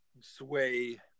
sway